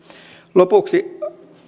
lopuksi